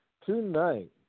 tonight